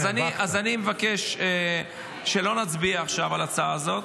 אז אני מבקש שלא נצביע עכשיו על ההצעה הזאת.